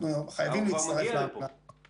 חייבים להצטרף --- הוא כבר מגיע לפה